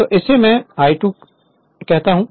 तो इसे मैं I2 this कहता हूं